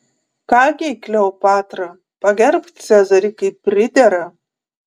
ką gi kleopatra pagerbk cezarį kaip pridera